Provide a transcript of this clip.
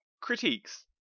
critiques